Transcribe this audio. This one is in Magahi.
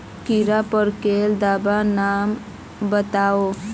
कीड़ा पकरिले दाबा नाम बाताउ?